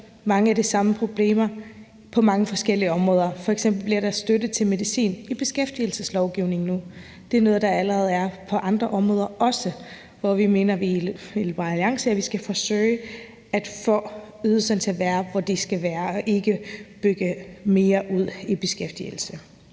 mange af de samme problemer på mange forskellige områder. F.eks. bliver der støtte til medicin i beskæftigelseslovgivningen nu. Det er noget, der allerede er på andre områder også, men vi mener i Liberal Alliance, at vi skal forsøge at få ydelserne til at være, hvor de skal være, og ikke bygge mere ud i beskæftigelsessektoren.